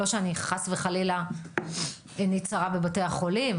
לא שחס וחלילה עיני צרה בבתי החולים.